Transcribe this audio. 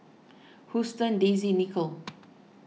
Huston Daisy Nichol